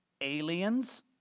Aliens